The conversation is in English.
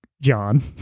John